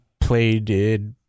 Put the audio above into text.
played